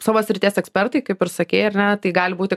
savo srities ekspertai kaip ir sakei ar ne tai gali būti